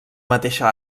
mateixa